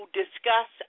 discuss